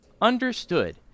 Understood